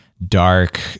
dark